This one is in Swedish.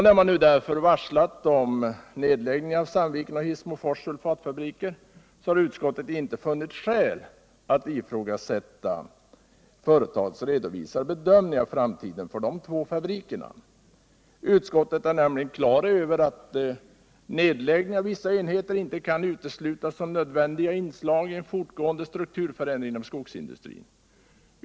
När man varslat om nedläggning av Sandvikens och Hissmofors Sulfitfabriker har utskottet därför inte funnit skäl att ifrågasätta företagets redovisade bedömning av framtiden för de två fabrikerna. Utskottet är nämligen klar över att nedläggning av vissa enheter inte kan uteslutas som nödvändiga inslag i en fortgående strukturförändring inom skogsindustrin.